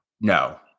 No